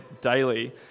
daily